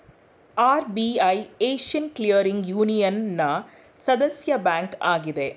RBI Asian clearing ಯೂನಿಯನ್ನ ಸದಸ್ಯ bank ಆಗಿದೆ